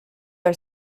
are